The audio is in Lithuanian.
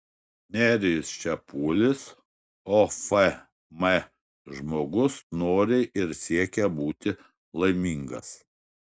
nerijus čepulis ofm žmogus nori ir siekia būti laimingas